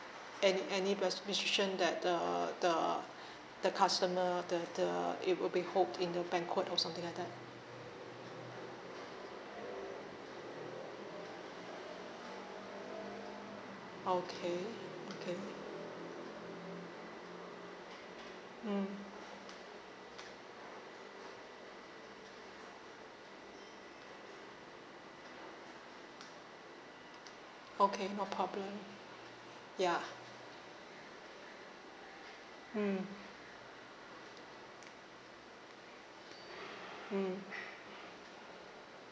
any any bes~ restriction that uh the the customer the the it will be hold in a banquet or something like that okay okay mm okay no problem ya mm mm